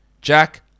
Jack